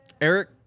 Eric